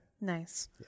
Nice